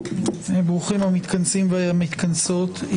ברוכים המתכנסים והמתכנסות.